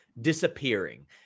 disappearing